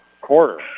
quarter